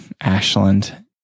Ashland